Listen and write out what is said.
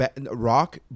Rock